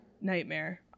Nightmare